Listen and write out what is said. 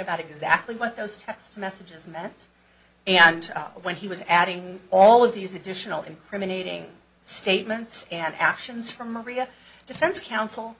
about exactly what those text messages meant and when he was adding all of these additional incriminating statements and actions from maria defense counsel